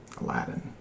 Aladdin